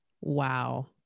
Wow